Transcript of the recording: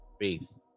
faith